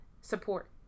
support